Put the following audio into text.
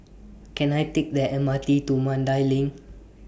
Can I Take The M R T to Mandai LINK